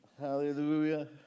Hallelujah